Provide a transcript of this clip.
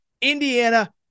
Indiana